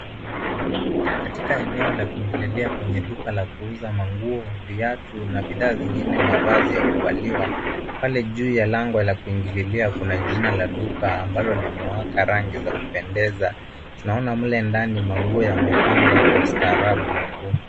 Katika eneo la kuingililia kwenye duka la kuuza manguo, viatu na bidhaa zingine mavazi ya kuvaliwa. Pale juu ya lango la kuingililia kuna jina la duka ambalo limewaka rangi za kupendeza. Tunaona mle ndani manguo yamepangwa kwa ustarabu mkuu.